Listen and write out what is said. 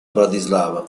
bratislava